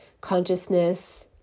consciousness